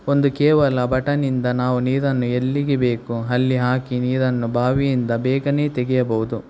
ಒಂದು ಕೇವಲ ಬಟನಿಂದ ನಾವು ನೀರನ್ನು ಎಲ್ಲಿಗೆ ಬೇಕು ಅಲ್ಲಿ ಹಾಕಿ ನೀರನ್ನು ಬಾವಿಯಿಂದ ಬೇಗನೇ ತೆಗೆಯಬಹುದು